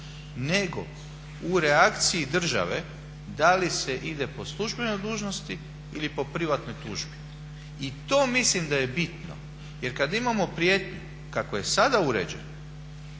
nego u reakciji države da li se ide po službenoj dužnosti ili po privatnoj tužbi i to mislim da je bitno. Jer kad imamo … kako je sada uređen,